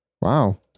Wow